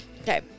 okay